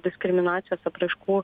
diskriminacijos apraiškų